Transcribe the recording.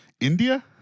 India